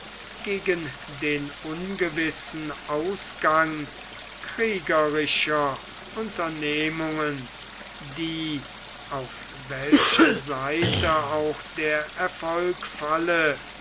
gegen den ungewissen ausgang kriegerischer unternehmungen die auf welche seite auch der erfolg falle